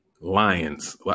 lions